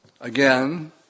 Again